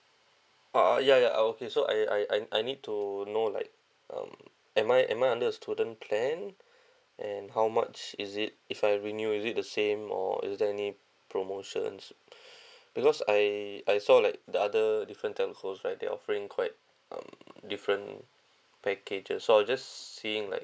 ah ah ya ya okay so I I I need to know like um am I am I under a student plan and how much is it if I renew is it the same or is there any promotions because I I saw like the other different telcos right they offering quite um different packages so I just seeing like